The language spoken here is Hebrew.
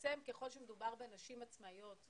מתעצם ככל שמדובר בנשים עצמאיות,